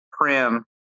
Prim